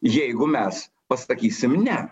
jeigu mes pasakysim ne